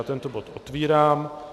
Tento bod otevírám.